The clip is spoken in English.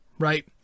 Right